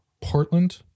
Portland